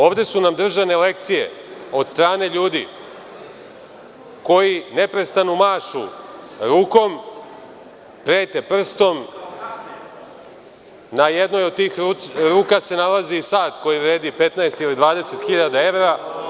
Ovde su nam držane lekcije od strane ljudi koji neprestano mašu rukom, prete prstom, na jednoj od tih ruka se nalazi i sat koji vredi 15 ili 20.000 evra.